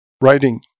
Writing